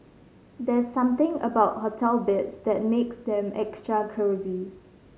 there's something about hotel beds that makes them extra cosy